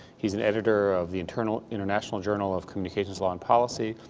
he's an editor of the internal international journal of communications law and policy,